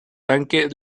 tanque